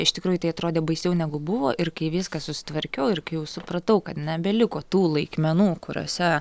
iš tikrųjų tai atrodė baisiau negu buvo ir kai viską susitvarkiau ir kai jau supratau kad nebeliko tų laikmenų kuriose